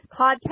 podcast